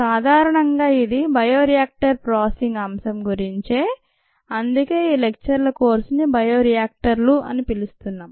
సాధారణంగాఇది bioreactor processing అంశం గురించే అందుకే ఈ లెక్చర్ల కోర్సుని బయో రియాక్టర్లు అనే అంటారు